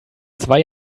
zwei